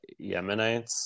Yemenites